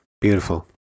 Beautiful